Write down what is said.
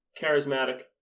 Charismatic